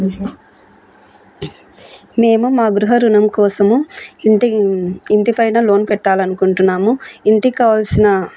మేము మా గృహ రుణం కోసము ఇంటి ఇంటిపైన లోన్ పెట్టాలనుకుంటున్నాము ఇంటికి కావాల్సిన